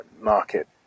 market